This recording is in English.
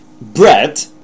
bread